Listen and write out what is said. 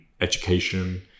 education